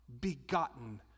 begotten